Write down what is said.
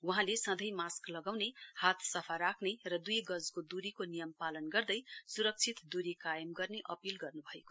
वहाँले सँधै सास्क लगाउने हात सफा राख्ने र द्ई गजको द्रीको नियम पालन गर्दै स्रक्षित दूरी कायम गर्ने अपील गर्न्भयो